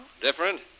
Different